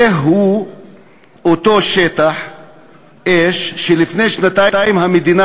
זהו אותו שטח אש שלפני שנתיים המדינה